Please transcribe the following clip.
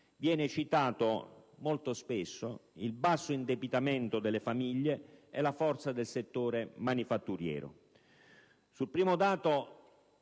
viene citato molto spesso il basso indebitamento delle famiglie e la forza del settore manufatturiero. Sul primo dato,